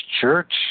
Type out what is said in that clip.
Church